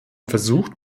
versucht